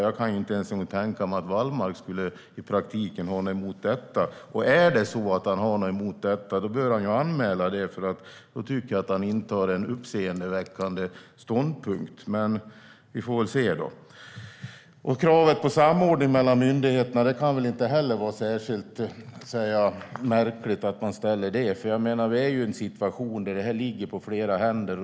Jag kan inte ens en gång tänka mig att Wallmark i praktiken skulle ha något emot detta. Och har han något emot detta bör han anmäla det, för då tycker jag att han intar en uppseendeväckande ståndpunkt. Men vi får väl se. Det kan inte heller vara särskilt märkligt att man ställer krav på samordning mellan myndigheterna. Vi är i en situation där det här ligger på flera händer.